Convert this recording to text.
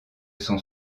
sont